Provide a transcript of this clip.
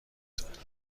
شوید